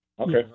Okay